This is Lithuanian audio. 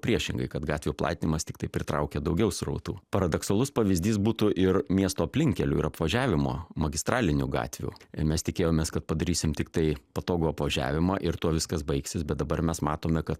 priešingai kad gatvių platinimas tiktai pritraukia daugiau srautų paradoksalus pavyzdys būtų ir miesto aplinkkelių ir apvažiavimo magistralinių gatvių mes tikėjomės kad padarysim tiktai patogų apvažiavimą ir tuo viskas baigsis bet dabar mes matome kad